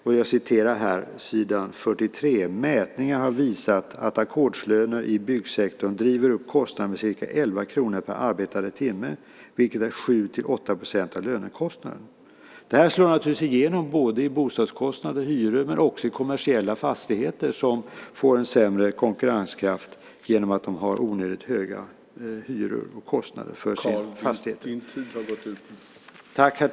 På s. 43 står det: Mätningar har visat att ackordslöner i byggsektorn driver upp kostnaden med ca 11 kr per arbetad timme, vilket är 7-8 % av lönekostnaden. Det här slår naturligtvis igenom både i bostadskostnader och i hyror men också i kommersiella fastigheter som får en sämre konkurrenskraft genom att de har onödigt höga hyror och kostnader för sina fastigheter.